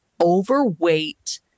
overweight